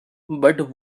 but